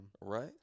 Right